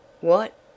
What